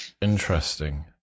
Interesting